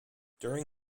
during